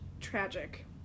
Tragic